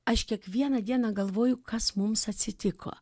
aš kiekvieną dieną galvoju kas mums atsitiko